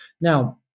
Now